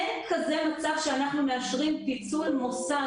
אין כזה מצב שאנחנו מאשרים פיצול מוסד